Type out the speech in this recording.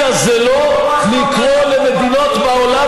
לא כל מה שאתה אומר עומד,